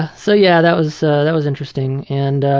so yeah, that was that was interesting. and